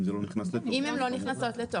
אם הן לא נכנסו לתוקף.